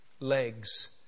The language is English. legs